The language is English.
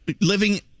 living